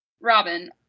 robin